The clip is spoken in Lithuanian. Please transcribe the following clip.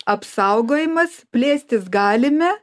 apsaugojimas plėstis galime